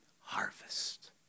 harvest